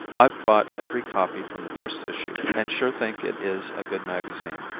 i've bought every copy from the first issue and sure think it is a good magazine.